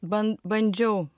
ban bandžiau